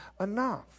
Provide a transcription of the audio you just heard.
enough